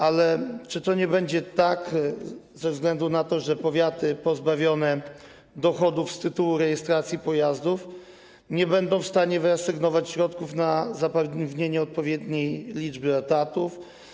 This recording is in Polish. Ale czy nie będzie tak, że powiaty pozbawione dochodów z tytułu rejestracji pojazdów nie będą w stanie wyasygnować środków na zapewnienie odpowiedniej liczby etatów?